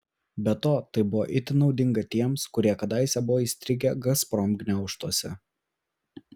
be to tai buvo itin naudinga tiems kurie kadaise buvo įstrigę gazprom gniaužtuose